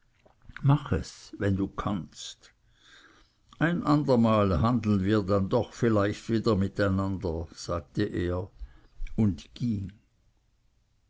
mach es wenn du kannst ein andermal handeln wir doch dann vielleicht wieder mit einander sagte er und ging